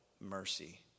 mercy